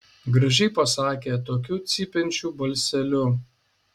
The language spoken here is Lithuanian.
gražiai pasakė tokiu cypiančiu balseliu